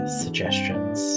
suggestions